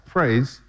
Praise